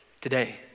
Today